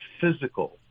physical